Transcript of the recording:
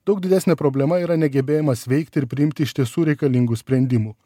daug didesnė problema yra negebėjimas veikti ir priimti iš tiesų reikalingų sprendimų